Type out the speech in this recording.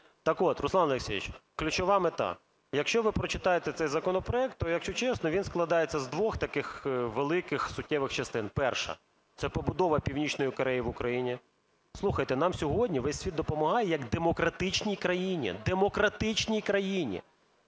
Так от, Руслан Олексійович, ключова мета. Якщо ви прочитаєте цей законопроект, то, якщо чесно, він складається з двох таких великих суттєвих частин. Перша. Це побудова Північної Кореї в Україні. Слухайте, нам сьогодні весь світ допомагає як демократичній країні. Демократичній країні.